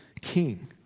king